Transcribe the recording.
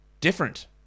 different